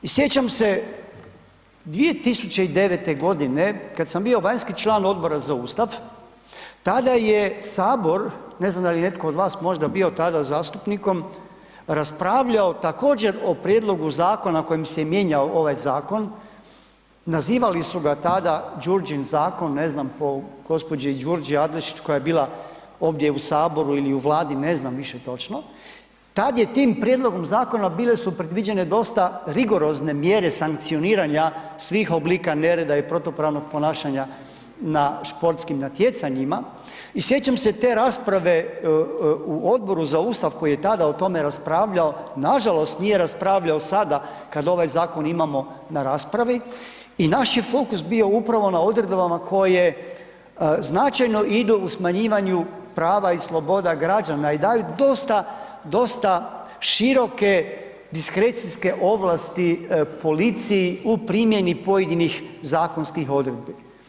I sjećam se 2009. g. kad sam bio vanjski član Odbora za Ustav, tada je Sabor, ne znam da li je netko vas možda bio tada zastupnikom, raspravljao također o prijedlogu zakona kojim se mijenjao ovaj zakon, nazivali su ga tada Đurđin zakon, ne znam po, gđi. Durđi Adlešič koja je bila ovdje u Saboru ili u Vladi, ne znam više točno, tad je tim prijedlogom zakona bile su predviđene dosta rigorozne mjere sankcioniranja svih oblika nereda i protupravnog ponašanja na športskim natjecanjima i sjećam se te rasprave u Odboru za Ustav koji je tada o tome raspravljao, nažalost nije raspravljao sada kad ovaj zakon imamo na raspravi i naš je fokus bio upravo na odredbama koje značajno idu u smanjivanju prava i sloboda građana i daju dosta, dosta široke diskrecijske ovlasti policiji u primjeni pojedinih zakonskih odredbi.